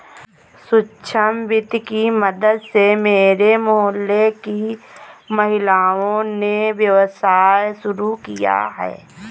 सूक्ष्म वित्त की मदद से मेरे मोहल्ले की महिलाओं ने व्यवसाय शुरू किया है